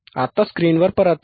आता स्क्रीनवर परत या